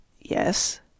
Yes